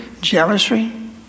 jealousy